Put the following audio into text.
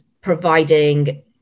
providing